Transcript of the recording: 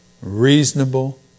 reasonable